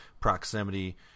proximity